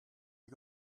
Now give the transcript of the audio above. you